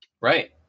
Right